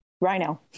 Rhino